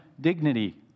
dignity